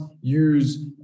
use